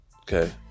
Okay